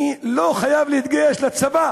אני לא חייב להתגייס לצבא